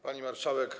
Pani Marszałek!